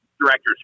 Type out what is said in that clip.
directors